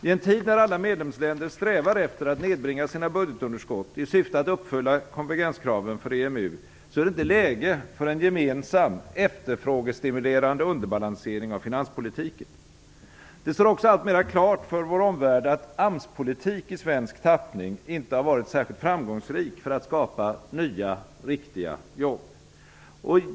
I en tid när alla medlemsländer strävar efter att nedbringa sina budgetunderskott i syfte att uppfylla konvergenskraven för EMU är det inte läge för en gemensam efterfrågestimulerande underbalansering av finanspolitiken. Det står också alltmera klart för vår omvärld att AMS-politik i svensk tappning inte har varit särskilt framgångsrik för att skapa nya riktiga jobb.